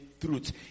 truth